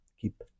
Keep